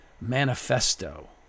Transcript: manifesto